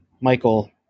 Michael